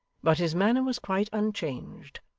but his manner was quite unchanged,